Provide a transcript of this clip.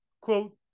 quote